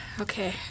Okay